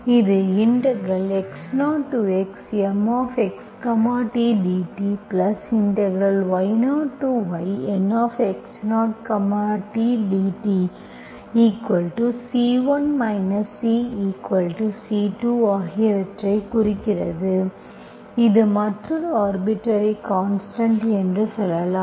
இது x0xMxt dty0yNx0t dtC1 CC2 ஆகியவற்றைக் குறிக்கிறது இது மற்றொரு ஆர்பிட்டர்ரி கான்ஸ்டன்ட் என்று சொல்லலாம்